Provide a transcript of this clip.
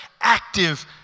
active